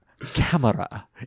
Camera